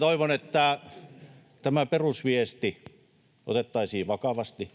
toivon, että tämä perusviesti otettaisiin vakavasti.